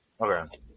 okay